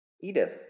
Edith